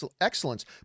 excellence